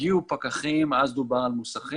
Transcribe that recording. כאשר הגיעו פקחים אז דובר על מוסכים